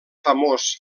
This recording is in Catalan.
famós